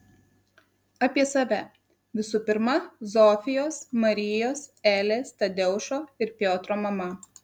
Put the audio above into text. apie save visų pirma zofijos marijos elės tadeušo ir piotro mama